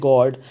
God